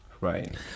Right